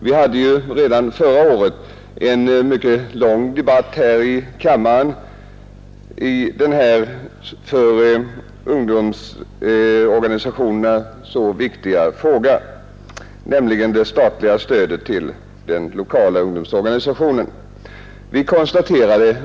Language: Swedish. Vi hade redan förra året en 54 mycket lång debatt här i kammaren i denna för ungdomsorganisationerna så viktiga fråga, nämligen det statliga stödet till ungdomsorganisationernas lokala verksamhet.